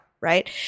right